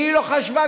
גם היא לא חשבה,